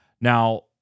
Now